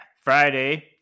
Friday